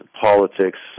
politics